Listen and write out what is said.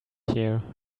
here